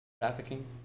trafficking